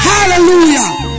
Hallelujah